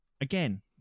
again